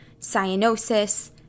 cyanosis